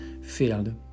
field